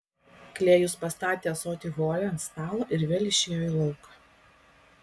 klėjus pastatė ąsotį hole ant stalo ir vėl išėjo į lauką